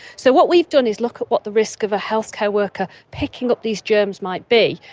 so what we've done is look at what the risk of a healthcare worker picking up these germs might be,